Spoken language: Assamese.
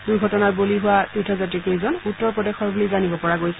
দুৰ্ঘটনাৰ বলি হোৱা তীৰ্থযাত্ৰীকেইজন উত্তৰ প্ৰদেশৰ বুলি জানিব পৰা গৈছে